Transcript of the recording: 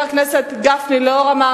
במשך הרבה מאוד שנים שתקה הזירה הלאומית